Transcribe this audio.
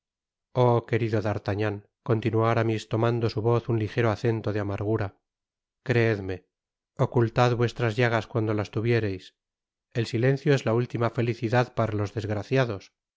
oh querido d'artagnan continuó aramis tomando su voz un ligero acento de amargura creedme ocultad vuestras llagas cuando las tuviereis el silencio es la última felicidad para los desgraciados